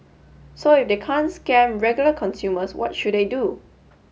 so if they can't scam regular consumers what should they do